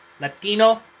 Latino